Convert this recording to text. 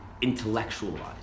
intellectualized